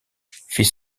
fit